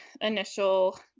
initial